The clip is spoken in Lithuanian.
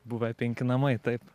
buvę penki namai taip